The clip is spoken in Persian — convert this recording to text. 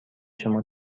شما